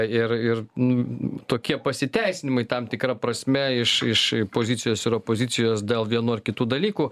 ir ir n tokie pasiteisinimai tam tikra prasme iš iš pozicijos ir opozicijos dėl vienų ar kitų dalykų